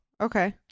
Okay